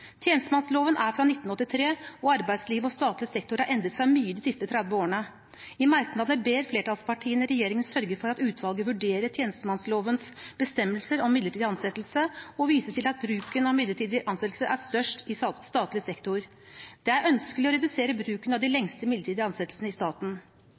Tjenestemannsloven er fra 1983, og arbeidsliv og statlig sektor har endret seg mye de siste 30 årene. I merknad ber flertallspartiene regjeringen sørge for at utvalget vurderer tjenestemannslovens bestemmelser om midlertidig ansettelse, og viser til at bruken av midlertidig ansettelse er størst i statlig sektor. Det er ønskelig å redusere bruken av de lengste midlertidige ansettelsene i staten.